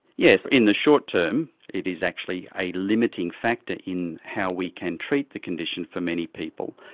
yes, in the short term it is actually a limiting factor in how we can treat the condition for many people.